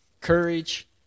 Courage